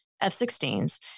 F-16s